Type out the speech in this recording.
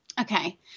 Okay